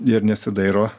ir nesidairo